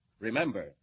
Remember